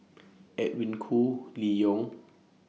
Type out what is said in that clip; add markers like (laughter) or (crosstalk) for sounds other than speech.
(noise) Edwin Koo Lee Yong